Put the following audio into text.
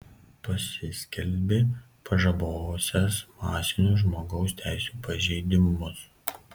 pasiskelbė pažabosiąs masinius žmogaus teisių pažeidimus